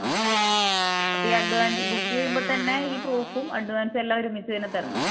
ആ ആപ്പയീ advance book ചെയുമ്പത്തന്നെ ഈ പ്രൂഫും അഡ്വാൻസ്സും എല്ലാ ഒരുമിച്ചന്നെ തരണം